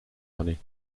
money